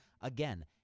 Again